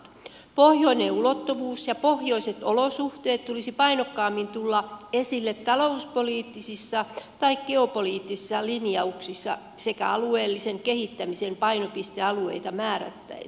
pohjoisen ulottuvuuden ja pohjoisten olosuhteiden tulisi painokkaammin tulla esille talouspoliittisissa tai geopoliittisissa linjauksissa sekä alueellisen kehittämisen painopistealueita määrättäessä